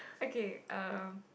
okay um